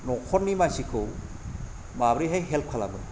न'खरनि मानसिखौ माब्रैहाय हेल्फ खालामो